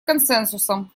консенсусом